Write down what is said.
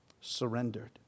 Surrendered